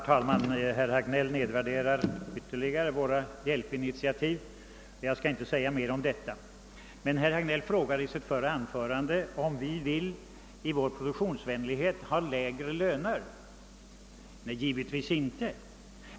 Vad skall ni göra nu om ni inga order får?